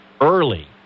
early